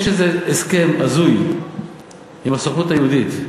יש איזה הסכם הזוי עם הסוכנות היהודית.